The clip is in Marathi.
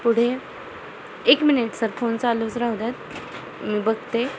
पुढे एक मिनिट सर फोन चालूच राहूद्यात मी बघते